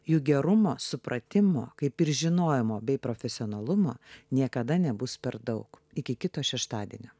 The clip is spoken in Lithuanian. jų gerumo supratimo kaip ir žinojimo bei profesionalumo niekada nebus per daug iki kito šeštadienio